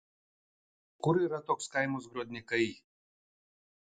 kur yra toks kaimas grodnikai